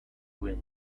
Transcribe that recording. wind